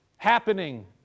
happening